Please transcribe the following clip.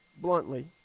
bluntly